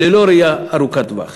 ללא ראייה ארוכת טווח.